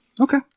Okay